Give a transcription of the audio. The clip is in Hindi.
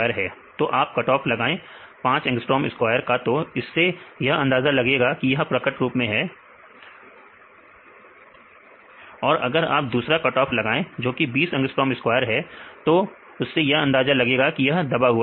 तो आप कट ऑफ लगाएं 5 अंगस्ट्रोम स्क्वायर का तो इससे यह अंदाजा लगेगा कि यह प्रकट रूप में है समय देखें 1904 और अगर आप दूसरा कटऑफ लगाएं जोकि है 20 अंगस्ट्रोम स्क्वायर तो से यह अंदाजा लगेगा कि यहां दबा हुआ है